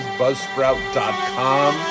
buzzsprout.com